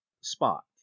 spot